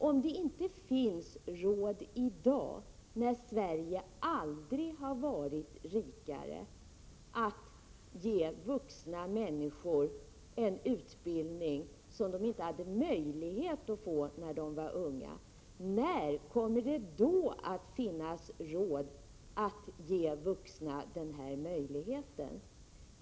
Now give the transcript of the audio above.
Om det inte finns råd i dag, när Sverige aldrig har varit rikare, att ge vuxna människor en utbildning som de inte hade möjlighet att få då de var unga, när kommer det då att finnas råd att ge vuxna denna möjlighet?